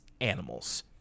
animals